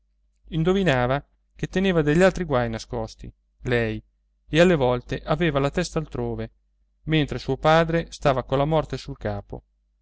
indovinava che teneva degli altri guai nascosti lei e alle volte aveva la testa altrove mentre suo padre stava colla morte sul capo